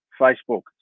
Facebook